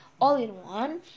all-in-one